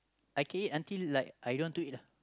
I can eat until like I don't want to eat ah